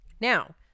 Now